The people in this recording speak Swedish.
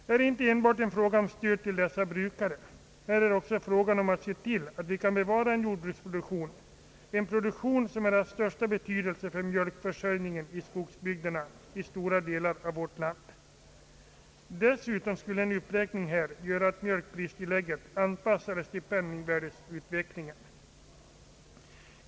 Det är inte enbart en fråga om stöd till dessa brukare det gäller också att se till att vi kan: bevara en jordbruksproduktion, som är av största betydelse för mjölkförsörjningen i skogsbygderna i stora delar av vårt land. Dessutom skulle en uppräkning härvidlag medföra att mjölkpristillägget anpassades till penningvärdeutvecklingen.